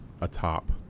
atop